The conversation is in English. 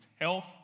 health